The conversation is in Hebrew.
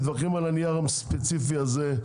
מתווכחים על הנייר הספציפי הזה,